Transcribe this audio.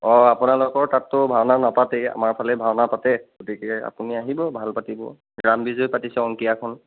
অঁ আপোনালোকৰ তাতটো ভাওনা নাপাতেই আমাৰ ফালেই ভাওনা পাতে গতিকে আপুনি আহিব ভাল পাতিব ৰাম বিজয় পাতিছে অংকীয়াখন